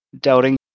doubting